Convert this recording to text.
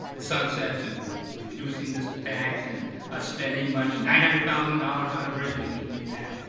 sunsets and and reducing this tax and us spending money, nine hundred thousand dollars on a bridge, i keep getting that,